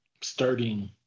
starting